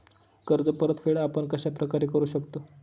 कर्ज परतफेड आपण कश्या प्रकारे करु शकतो?